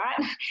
right